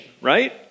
right